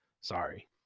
Sorry